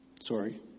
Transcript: Sorry